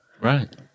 Right